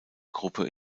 gruppe